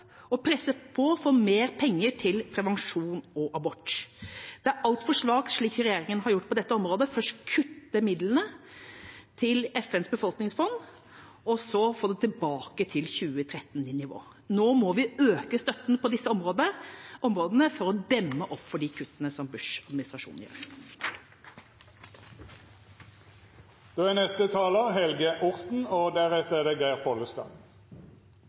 og presse på for mer penger til prevensjon og abort. Det er altfor svakt, det som regjeringa har gjort på dette området: først kutte midlene til FNs befolkningsfond og så få det tilbake til 2013-nivå. Nå må vi øke støtten på disse områdene for å demme opp for kuttene som Trump-administrasjonen gjør. Et viktig element i et bærekraftig velferdssamfunn er en god, trygg og